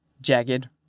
jagged